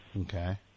Okay